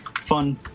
fun